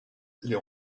les